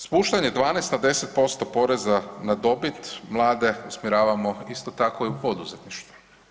Spuštanje 12 na 10% poreza na dobit mlade usmjeravamo isto tako i u poduzetništvo.